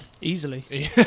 Easily